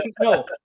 No